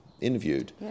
interviewed